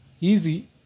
Easy